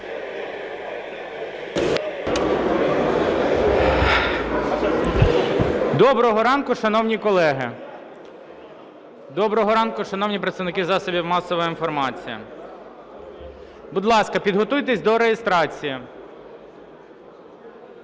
Доброго ранку, шановні колеги! Доброго ранку, шановні представники засобів масової інформації! Будь ласка, підготуйтесь до реєстрації.